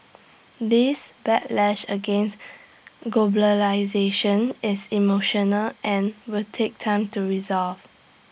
this backlash against globalisation is emotional and will take time to resolve